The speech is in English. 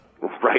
Right